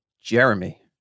Jeremy